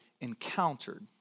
encountered